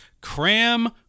cram